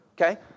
okay